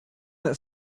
that